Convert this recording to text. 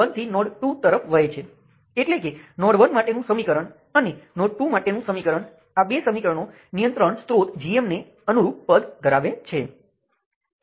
મૂળભૂત રીતે તે શાખાઓ દ્વારા ઘેરાયેલ લૂપ છે પરંતુ તેની અંદર અન્ય કોઈ શાખાઓ કે કોઈ અન્ય લૂપ ન હોવા જોઈએ